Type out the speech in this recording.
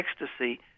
ecstasy